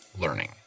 learning